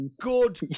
Good